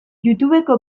youtubeko